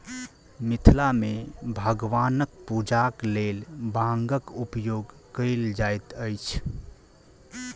मिथिला मे भगवानक पूजाक लेल बांगक उपयोग कयल जाइत अछि